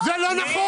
זה לא נכון.